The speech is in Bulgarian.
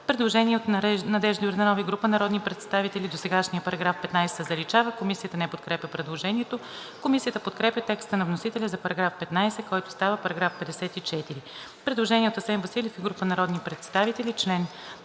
Предложение от Надежда Йорданова и група народни представители: „Досегашният § 15 се заличава.“ Комисията не подкрепя предложението. Комисията подкрепя текста на вносителя за § 15, който става § 54. Предложение от Асен Василев и група народни представители: „Чл.